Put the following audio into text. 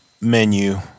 menu